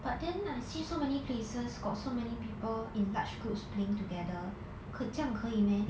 but then I see so many places got so many people in large groups playing together could 这样可以 meh